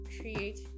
create